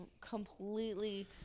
completely